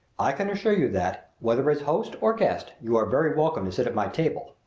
i can assure you that, whether as host or guest, you are very welcome to sit at my table.